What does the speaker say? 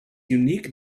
unique